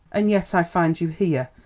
and yet i find you here,